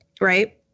right